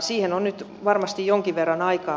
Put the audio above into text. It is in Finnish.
siihen on nyt varmasti jonkin verran aikaa